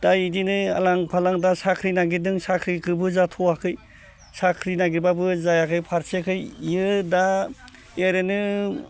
दा इदिनो आलां फालां दा साख्रि नागिरदों साख्रिखोबो जाथ'वाखै साख्रि नागिरब्लाबो जायाखै फारसेखै इयो दा ओरैनो